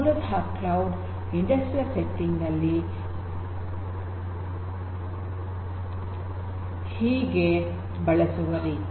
ಮೂಲತಃ cloud industrial setting ನಲ್ಲಿ ಹೀಗೆ ಬಳಸುವ ರೀತಿ